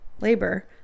labor